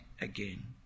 again